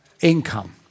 income